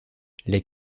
les